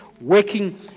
working